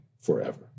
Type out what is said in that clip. forever